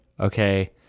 Okay